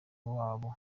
wabo